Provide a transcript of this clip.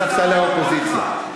מספסלי האופוזיציה.